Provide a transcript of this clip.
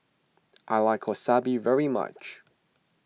I like Wasabi very much